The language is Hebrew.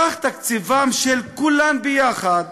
סך תקציבן, של כולן ביחד,